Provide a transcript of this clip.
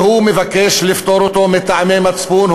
והוא מבקש לפטור אותו מטעמי מצפון.